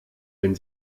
wenn